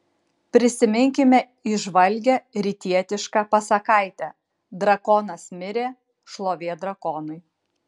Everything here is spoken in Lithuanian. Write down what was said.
prisiminkime įžvalgią rytietišką pasakaitę drakonas mirė šlovė drakonui